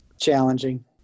challenging